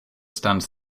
stands